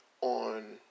on